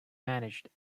managed